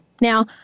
Now